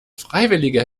freiwillige